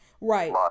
Right